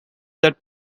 that